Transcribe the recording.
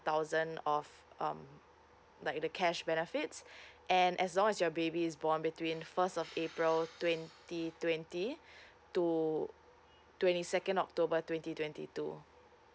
thousand of um like the cash benefits and as long as your baby is born between first of april twenty twenty to twenty second of october twenty twenty two